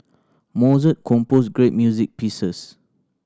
Mozart composed great music pieces